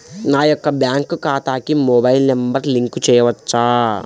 నా యొక్క బ్యాంక్ ఖాతాకి మొబైల్ నంబర్ లింక్ చేయవచ్చా?